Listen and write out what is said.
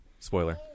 Spoiler